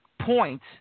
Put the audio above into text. point